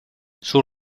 sus